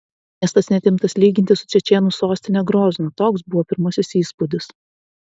miestas net imtas lyginti su čečėnų sostine groznu toks buvo pirmasis įspūdis